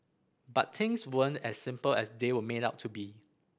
but things weren't as simple as they were made out to be